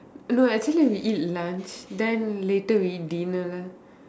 no actually we eat lunch then later we eat dinner lah